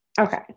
Okay